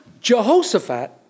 Jehoshaphat